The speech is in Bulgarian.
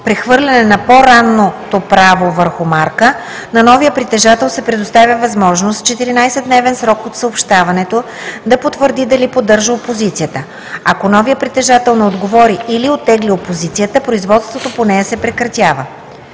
прехвърляне на по-ранното право върху марка, на новия притежател се предоставя възможност в 14-дневен срок от съобщаването да потвърди дали поддържа опозицията. Ако новият притежател не отговори или оттегли опозицията, производството по нея се прекратява.